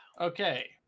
okay